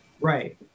Right